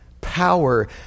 power